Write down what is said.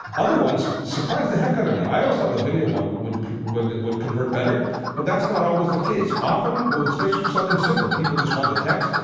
other ones surprised the heck out of me. i always thought the video one would would convert better but that's not always the case. often especially for something simple, people just want the text.